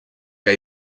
que